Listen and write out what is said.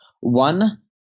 One